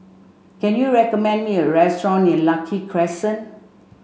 can you recommend me a restaurant near Lucky Crescent